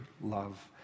love